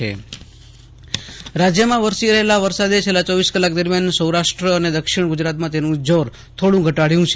આશુતોષ અંતાણી રાજ્ય વરસાદ રાજ્યમાં વરસી રહેલા વરસાદે છેલ્લા ચોવીસ કલાક દરમિયાન સૌરાષ્ટ્ર અને દક્ષિણ ગુજરાતમાં તેનું જોર થોડું ઘટાડ્યું છે